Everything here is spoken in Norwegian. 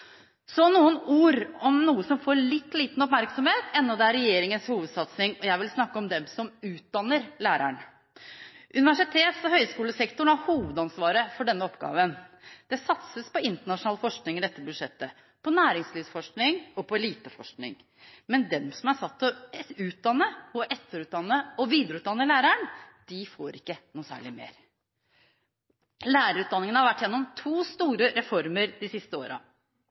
Så noen ord om noe som får litt liten oppmerksomhet, enda det er regjeringens hovedsatsing. Jeg vil snakke om dem som utdanner læreren. Universitets- og høyskolesektoren har hovedansvaret for denne oppgaven. Det satses på internasjonal forskning i dette budsjettet, på næringslivsforskning og på eliteforskning. Men de som er satt til å utdanne/etterutdanne og videreutdanne læreren, får ikke noe særlig mer. Lærerutdanningene har vært igjennom to store reformer de siste